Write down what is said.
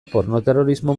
pornoterrorismo